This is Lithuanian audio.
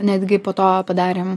netgi po to padarėm